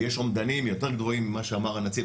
יש אמדנים יותר גבוהים ממה שאמר הנציב,